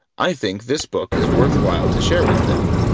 i think this book is worthwhile to share with them,